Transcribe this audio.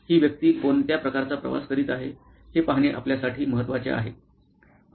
ही व्यक्ती कोणत्या प्रकारचा प्रवास करीत आहे हे पाहणे आपल्यासाठी महत्वाचे आहे